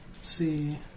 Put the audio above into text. see